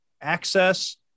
access